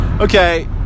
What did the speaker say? Okay